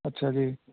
ਅੱਛਾ ਜੀ